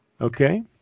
Okay